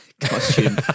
costume